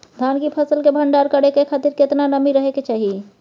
धान की फसल के भंडार करै के खातिर केतना नमी रहै के चाही?